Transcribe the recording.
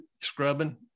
scrubbing